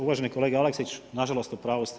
Uvaženi kolega Aleksić, nažalost u pravu ste.